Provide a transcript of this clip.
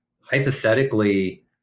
hypothetically